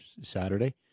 saturday